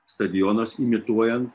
stadionas imituojant